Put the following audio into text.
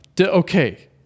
okay